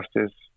justice